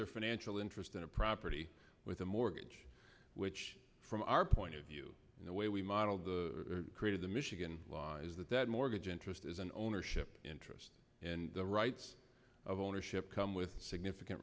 their financial interest in a property with a mortgage which from our point of view and the way we modeled the created the michigan law is that that mortgage interest is an ownership interest the rights of ownership come with significant